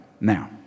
Now